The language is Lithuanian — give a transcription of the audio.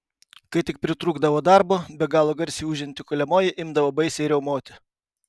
kai tik pritrūkdavo darbo be galo garsiai ūžianti kuliamoji imdavo baisiai riaumoti